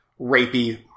rapey